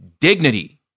dignity